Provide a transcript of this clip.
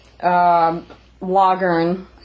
lagern